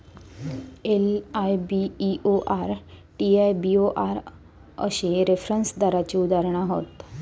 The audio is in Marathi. एल.आय.बी.ई.ओ.आर, टी.आय.बी.ओ.आर अश्ये रेफरन्स दराची उदाहरणा हत